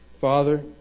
Father